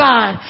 God